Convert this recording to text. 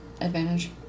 Advantage